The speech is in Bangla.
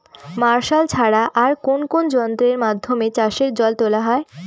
মার্শাল ছাড়া আর কোন কোন যন্ত্রেরর মাধ্যমে চাষের জল তোলা হয়?